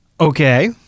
Okay